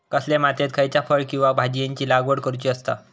कसल्या मातीयेत खयच्या फळ किंवा भाजीयेंची लागवड करुची असता?